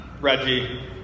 Reggie